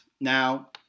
Now